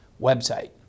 website